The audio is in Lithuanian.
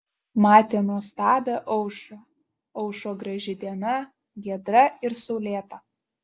matė nuostabią aušrą aušo graži diena giedra ir saulėta